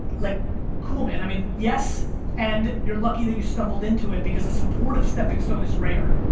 like cool man, i mean yes and you're lucky that you stumbled into it because a supportive stepping stone is rare.